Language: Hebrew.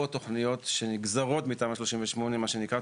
או תוכניות שנגזרות מתמ"א 38. מה שנקרא,